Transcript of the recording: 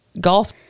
golf